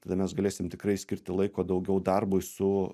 tada mes galėsim tikrai skirti laiko daugiau darbui su